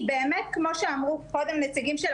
היא באמת כמו שאמרו קודם נציגים של